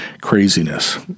craziness